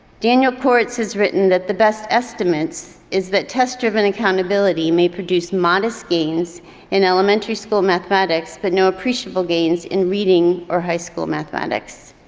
daniel koretz has written that the best estimates is that test-driven accountability may produce modest gains in elementary school mathematics but no appreciable gains in reading or high school mathematics.